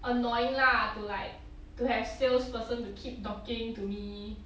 annoying lah to like to have salesperson to keep talking to me